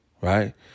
right